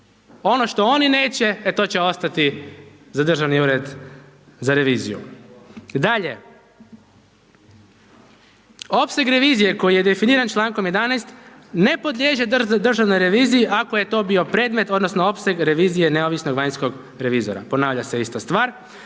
Ono što oni neće e to će ostati za Državni ured za reviziju. Dakle, opseg revizije koji je definiran člankom 11. ne podliježe državnoj reviziji ako je to bio predmet odnosno opseg revizije neovisnog vanjskog revizora, ponavlja se ista stvar.